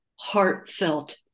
heartfelt